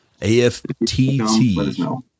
AFTT